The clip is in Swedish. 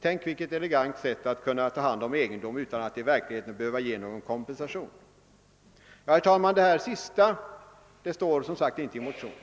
Tänk vilket elegant sätt att kunna ta hand om egendom utan att i verkligheten behöva ge någon Kompensation! Herr talman! Detta sista står alltså inte i motionen.